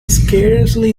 scarcely